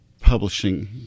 publishing